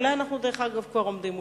אולי אנחנו כבר עומדים,